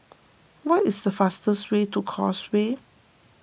what is the fastest way to Causeway